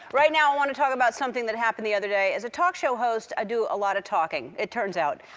right now i want to talk about something that happened the other day. as a talk show host, i do a lot of talking, it turns out.